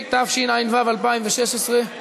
התשע"ו 2016,